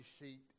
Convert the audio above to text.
seat